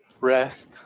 Rest